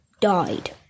died